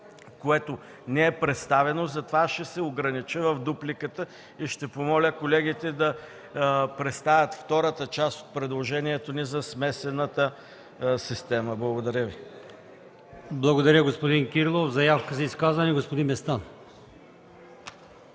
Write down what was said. което не е представено, затова ще се огранича в дупликата и ще помоля колегите да представят втората част от предложението ни за смесената система. Благодаря Ви. ПРЕДСЕДАТЕЛ АЛИОСМАН ИМАМОВ: Благодаря, господин Кирилов. Заявка за изказване е направил господин Местан.